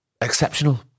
exceptional